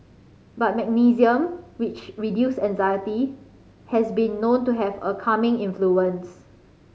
but magnesium which reduce anxiety has been known to have a calming influence